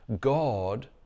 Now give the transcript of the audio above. God